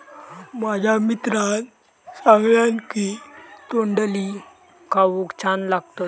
माझ्या मित्रान सांगल्यान की तोंडली खाऊक छान लागतत